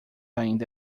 ainda